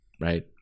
right